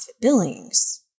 Billings